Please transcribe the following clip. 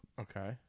Okay